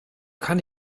kann